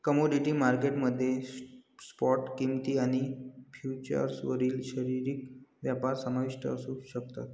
commodity market मध्ये spot किंमती आणि फ्युचर्सवरील शारीरिक व्यापार समाविष्ट असू शकतात